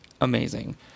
amazing